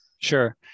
Sure